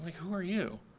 who are you?